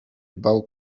bał